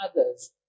others